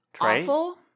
awful